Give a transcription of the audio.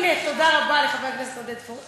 הנה, תודה רבה לחבר הכנסת עודד פורר.